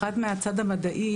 אחד, מהצד המדעי.